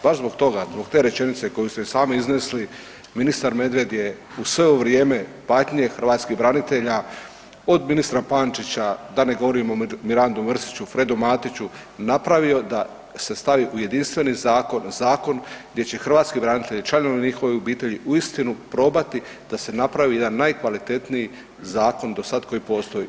Baš zbog toga, zbog te rečenice koju ste i sami iznesli ministar Medved je u sve ovo vrijeme patnje hrvatskih branitelja od ministra Pančića, da ne govorim o Mirandu Mrsiću, Fredu Matiću, napravio da se stavi u jedinstveni zakon, zakon gdje će hrvatski branitelji i članovi njihovih obitelji uistinu probati da se napravi jedan najkvalitetniji zakon koji postoji.